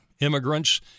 immigrants